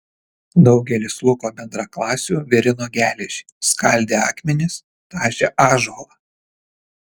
daugelis luko bendraklasių virino geležį skaldė akmenis tašė ąžuolą